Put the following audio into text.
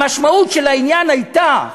המשמעות של העניין הייתה שאמרנו: